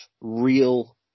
real